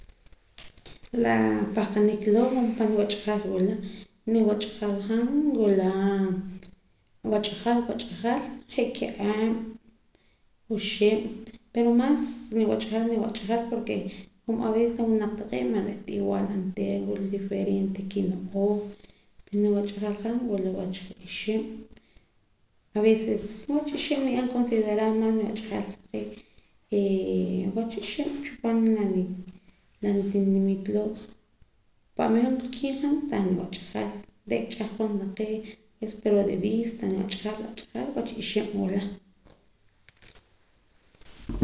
La pahqanik loo' jumpa' wach'ajal wula niwach'ajal han wula wach'ajal wach'ajal je' ki'em oxib' pero maas niwach'ajal niwach'ajal porke como aves la winaq taqee' me'ta igual onteera wula diferente kino'ooj niwach'ajal han wula wach je' ixib' aveces wach ixib' nib'an considerar wach'ajal taqee' e wach ixib' chi paam la nitinimiit loo' pa'meer han wilkiim han tah niwach'ajal re'ka ch'ahqon taqee' pero re'ka de vista wach'ajal each'ajal wach ixib' wila